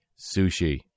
sushi